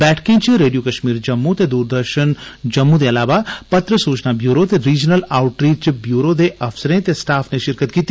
बैठकें च रेडियो कश्मी जम्मू ते दूरदर्शन जम्मू पत्र सूचना ब्यूरो ते रिजनल आउट रीच ब्यूरो दे अफसरे ते स्टाफ नै शिरकत कीती